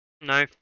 No